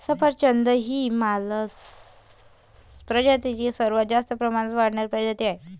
सफरचंद ही मालस प्रजातीतील सर्वात जास्त प्रमाणात वाढणारी प्रजाती आहे